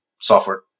software